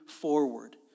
forward